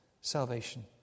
salvation